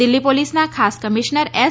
દિલ્ઠી પોલીસના ખાસ commissioner S